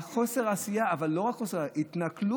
חוסר העשייה, אבל לא רק חוסר עשייה, התנכלות.